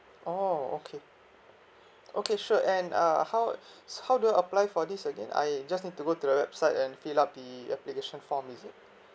oh okay okay sure and uh how so how do I apply for this again I just need to go to the website and fill up the application form is it